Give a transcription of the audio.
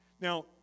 Now